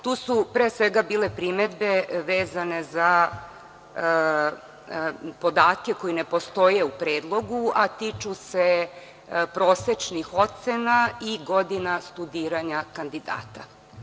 Tu su, pre svega, bile primedbe vezane za podatke koji ne postoje u predlogu, a tiču se prosečnih ocena i godina studiranja kandidata.